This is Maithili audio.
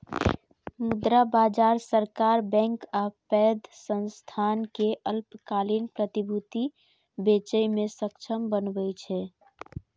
मुद्रा बाजार सरकार, बैंक आ पैघ संस्थान कें अल्पकालिक प्रतिभूति बेचय मे सक्षम बनबै छै